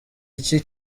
iki